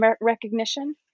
recognition